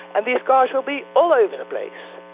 and these cars will be all over the place.